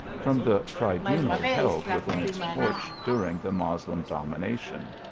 from the tribunal held within its porch during the moslem domination,